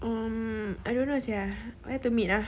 um I don't know sia where to meet ah